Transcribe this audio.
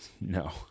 No